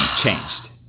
changed